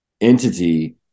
entity